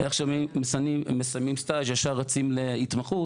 מיד כשהם מסיימים סטאז' הם רצים להתמחות,